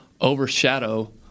overshadow –